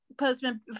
postman